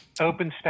OpenStack